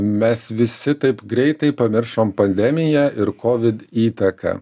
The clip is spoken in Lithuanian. mes visi taip greitai pamiršom pandemiją ir covid įtaką